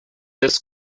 this